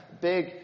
big